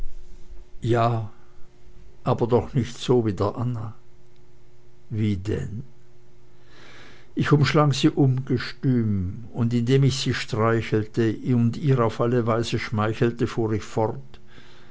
ja aber doch nicht so wie der anna wie denn ich umschlang sie ungestüm und indem ich sie streichelte und ihr auf alle weise schmeichelte fuhr ich fort